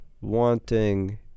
wanting